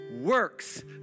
works